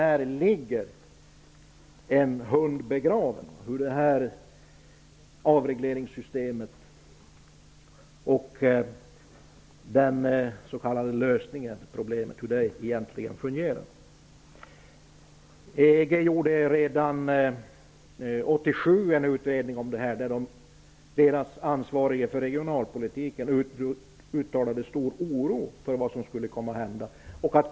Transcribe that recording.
Det ligger en hund begraven i fråga om avregleringssystemet och hur lösningen på problemet fungerar. EG gjorde redan 1987 en utredning. De ansvariga för regionalpolitiken uttalade stor oro för vad som skulle kunna hända.